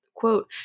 quote